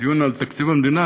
הדיון הוא על תקציב המדינה,